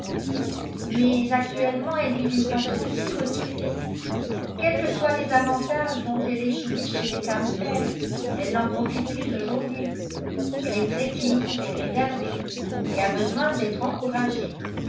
mais actuellement elle vit d'une façon si retirée quels que soient les avantages dont elle ait joui chez les campbell elle n'en profite plus aujourd'hui elle est très timide et réservée et a besoin d'être encouragée